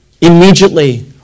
immediately